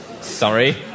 Sorry